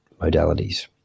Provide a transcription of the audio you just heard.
modalities